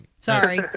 Sorry